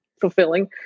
fulfilling